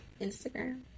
Instagram